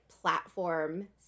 platform